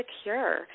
secure